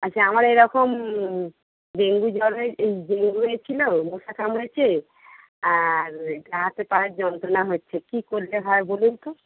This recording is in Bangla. বলছি আমার এই রকম ডেঙ্গু জ্বর হয়ে এই ডেঙ্গু হয়েছিলো মশা কামড়েছে আর গা হাতে পায়ের যন্ত্রণা হচ্ছে কী করলে হয় বলুন তো